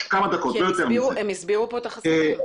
הם הסבירו את החסמים.